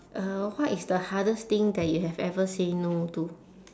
uh what is the hardest thing that you have ever say no to